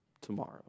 tomorrow